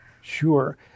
Sure